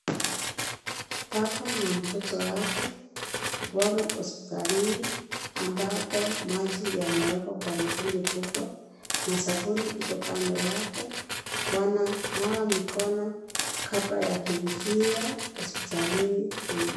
Baba na mtoto wake wamo hospitalini, ambapo maji yamewekwa kwa mtungi kubwa na sabuni iko kando yake wananawa mikono kabla ya kuingia hospitalini humo.